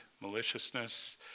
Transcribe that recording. maliciousness